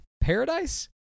paradise